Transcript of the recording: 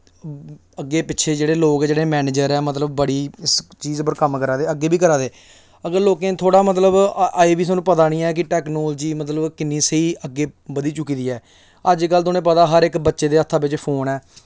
अग्गें पिच्छें जेह्ड़े लोग जेह्ड़े मैनेजर ऐ बड़ी इस चीज उप्पर कम्म करा दे अग्गें बी करा दे अग्गें लोकें ई थोह्ड़ा मतलब ऐहीं बी सानूं पता निं ऐ कि टेक्नोलॉजी कि'न्नी स्हेई अग्गें बधी चुकी दी ऐ अज्ज कल उ'नें ई पता ऐ हर इक बच्चे दे हत्था बिच फोन ऐ